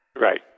Right